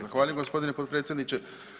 Zahvaljujem gospodine potpredsjedniče.